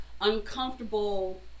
uncomfortable